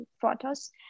photos